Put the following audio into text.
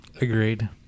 Agreed